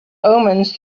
omens